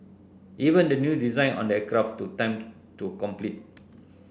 even the new design on the aircraft took time to complete